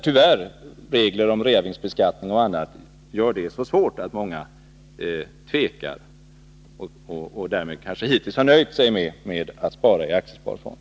Tyvärr gör regler om reavinstbeskattning och annat aktieägandet så svårt att många tvekar och i stället kanske hittills nöjt sig med att spara i aktiesparfond.